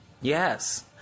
yes